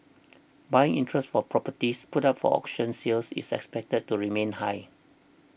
buying interest for properties put up for auction sale is expected to remain high